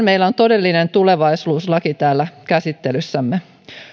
meillä on todellinen tulevaisuuslaki täällä käsittelyssämme